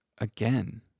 again